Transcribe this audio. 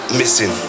missing